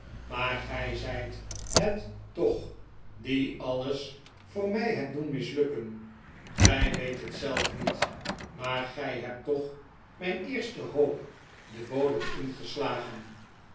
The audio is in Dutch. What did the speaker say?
maar gij zijt het toch die alles voor mij hebt doen mislukken gij weet het zelf niet maar gij hebt toch mijn eerste hoop den bodem ingeslagen